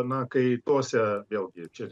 na kai tose vėlgi čia